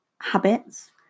habits